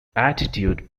attitude